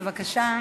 בבקשה.